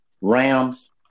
Rams